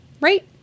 right